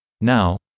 Now